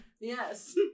Yes